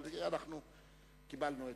אבל קיבלנו,